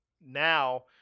now